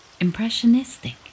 Impressionistic